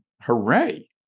hooray